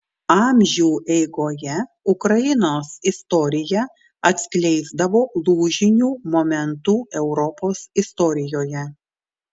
amžių eigoje ukrainos istorija atskleisdavo lūžinių momentų europos istorijoje